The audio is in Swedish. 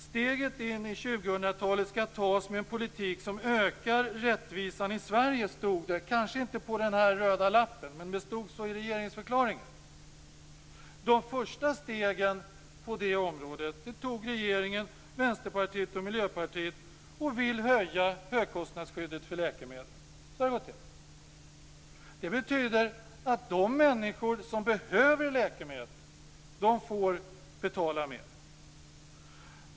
Steget in i 2000-talet skall tas med en politik som ökar rättvisan i Sverige stod det kanske inte på den röda lappen, men det stod så i regeringsförklaringen. De första stegen på det området tog regeringen, Vänsterpartiet och Miljöpartiet och vill höja högkostnadsskyddet för läkemedel. Så har det gått till. Det betyder att de människor som behöver läkemedel får betala mer.